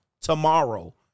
tomorrow